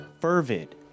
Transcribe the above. Fervid